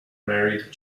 married